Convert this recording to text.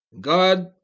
God